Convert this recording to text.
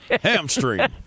Hamstring